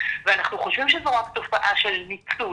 ואנחנו חושבים שזו רק תופעה של ניצול